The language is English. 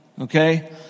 Okay